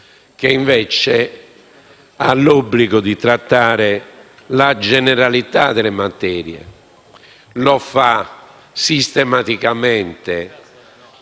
che invece hanno l'obbligo di trattare la generalità delle materie. Lo fa sistematicamente